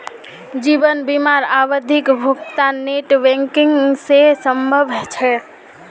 जीवन बीमार आवधिक भुग्तान नेट बैंकिंग से संभव छे?